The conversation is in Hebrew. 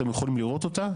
אתם יכולים לראות אותה,